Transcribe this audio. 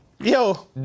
Yo